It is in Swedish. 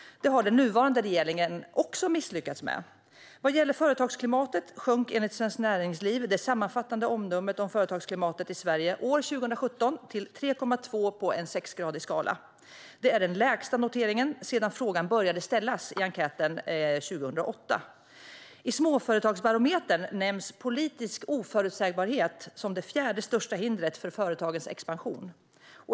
Det har den nuvarande regeringen också misslyckats med. Vad gäller företagsklimatet sjönk enligt Svenskt Näringsliv det sammanfattande omdömet om företagsklimatet i Sverige år 2017 till 3,2 på en sexgradig skala. Det är den lägsta noteringen sedan frågan började ställas i enkätform 2008. I Småföretagsbarometern nämns politisk oförutsägbarhet som det fjärde största hindret för företagens expansion.